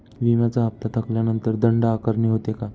विम्याचा हफ्ता थकल्यानंतर दंड आकारणी होते का?